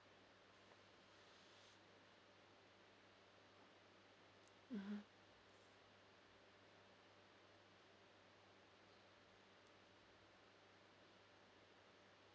(uh huh)